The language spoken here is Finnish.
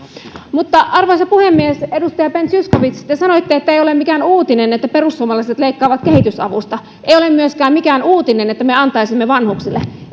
arvoisa puhemies edustaja ben zyskowicz te sanoitte ettei ole mikään uutinen että perussuomalaiset leikkaavat kehitysavusta ei ole myöskään mikään uutinen että me antaisimme vanhuksille